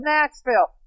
Nashville